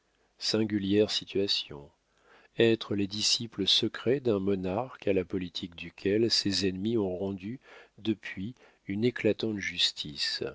singulière situation être les disciples secrets d'un monarque à la politique duquel ses ennemis ont rendu depuis une éclatante justice